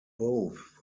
both